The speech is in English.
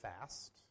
fast